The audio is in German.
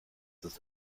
ist